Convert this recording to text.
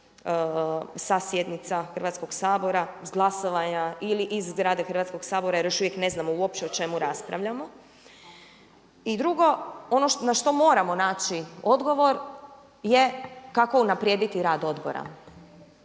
sa sjednica Hrvatskog sabora, sa glasovanja ili iz zgrade Hrvatskoga sabora, jer još uvijek ne znamo uopće o čemu raspravljamo. I drugo, ono na što moramo naći odgovor je kako unaprijediti rad odbora.